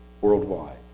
worldwide